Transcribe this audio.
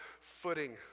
footing